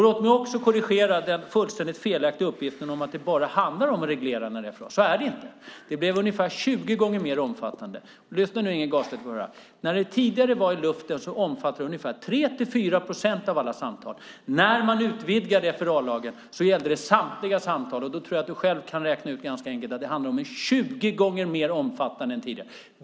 Låt mig också korrigera den fullständigt felaktiga uppgiften att det bara handlar om att reglera FRA. Så är det inte. Det blev ungefär 20 gånger mer omfattande. Lyssna nu, Inge Garstedt, så får du höra: När det tidigare var i luften omfattade det ungefär 3-4 procent av alla samtal. När man utvidgade FRA-lagen gällde det samtliga samtal, och då tror jag att du själv ganska enkelt kan räkna ut att det blev 20 gånger mer omfattande än tidigare.